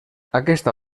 aquesta